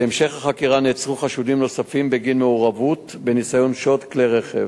בהמשך החקירה נעצרו חשודים נוספים בגין מעורבות בניסיון שוד כלי-רכב.